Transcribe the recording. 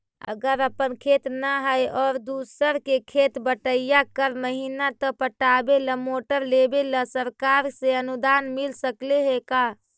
अगर अपन खेत न है और दुसर के खेत बटइया कर महिना त पटावे ल मोटर लेबे ल सरकार से अनुदान मिल सकले हे का?